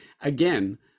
again